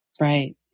Right